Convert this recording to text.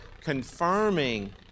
confirming